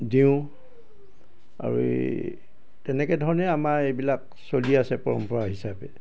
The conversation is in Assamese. দিওঁ আৰু এই তেনেকৈ ধৰণে আমাৰ এইবিলাক চলি আছে পৰম্পৰা হিচাপে